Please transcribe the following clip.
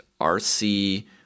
RC